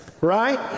Right